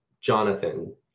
Jonathan